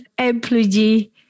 employee